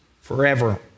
forever